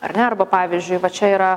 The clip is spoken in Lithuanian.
ar ne arba pavyzdžiui va čia yra